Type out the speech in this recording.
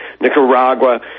Nicaragua